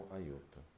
aiuto